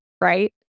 Right